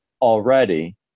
already